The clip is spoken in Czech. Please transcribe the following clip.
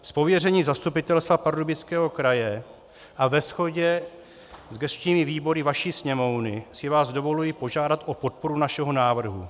Z pověření Zastupitelstva Pardubického kraje a ve shodě s gesčními výbory vaší Sněmovny si vás dovoluji požádat o podporu našeho návrhu.